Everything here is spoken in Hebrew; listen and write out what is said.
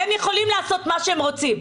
הם יכולים לעשות מה שהם רוצים.